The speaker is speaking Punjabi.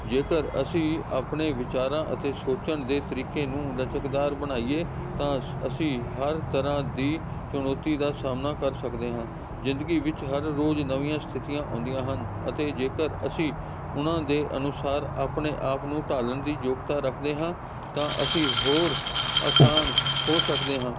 ਜੇਕਰ ਅਸੀਂ ਆਪਣੇ ਵਿਚਾਰਾਂ ਅਤੇ ਸੋਚਣ ਦੇ ਤਰੀਕੇ ਨੂੰ ਲਚਕਦਾਰ ਬਣਾਈਏ ਤਾਂ ਅਸੀਂ ਹਰ ਤਰ੍ਹਾਂ ਦੀ ਚੁਣੌਤੀ ਦਾ ਸਾਹਮਣਾ ਕਰ ਸਕਦੇ ਹਾਂ ਜ਼ਿੰਦਗੀ ਵਿੱਚ ਹਰ ਰੋਜ਼ ਨਵੀਆਂ ਸਥਿਤੀਆਂ ਆਉਂਦੀਆਂ ਹਨ ਅਤੇ ਜੇਕਰ ਅਸੀਂ ਉਹਨਾਂ ਦੇ ਅਨੁਸਾਰ ਆਪਣੇ ਆਪ ਨੂੰ ਢਾਲਣ ਦੀ ਯੋਗਤਾ ਰੱਖਦੇ ਹਾਂ ਤਾਂ ਅਸੀਂ ਹੋਰ ਆਸਾਨ ਹੋ ਸਕਦੇ ਹਾਂ